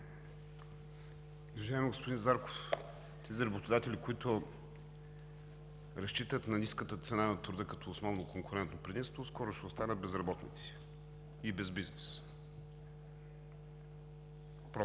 Уважаеми господин Зарков, тези работодатели, които разчитат на ниската цена на труда като основно конкурентно предимство, скоро ще останат без работници и без бизнес, просто